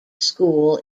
school